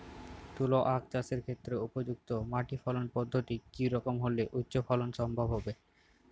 তুলো আঁখ চাষের ক্ষেত্রে উপযুক্ত মাটি ফলন পদ্ধতি কী রকম হলে উচ্চ ফলন সম্ভব হবে?